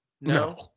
No